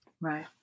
Right